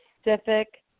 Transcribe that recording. specific